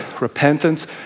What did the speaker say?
repentance